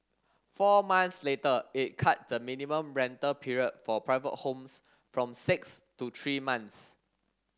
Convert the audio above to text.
four months later it cut the minimum rental period for private homes from six to three months